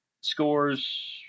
scores